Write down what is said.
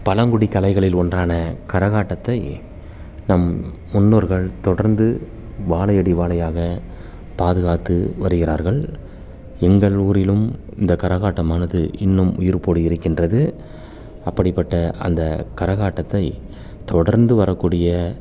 பழங்குடி கலைகளில் ஒன்றான கரகாட்டத்தை நம் முன்னோர்கள் தொடர்ந்து வாழையடி வாழையாக பாதுகாத்து வருகிறார்கள் எங்கள் ஊரிலும் இந்த கரகாட்டமானது இன்னும் உயிர்ப்போடு இருக்கின்றது அப்படிப்பட்ட அந்த கரகாட்டத்தை தொடர்ந்து வரக்கூடிய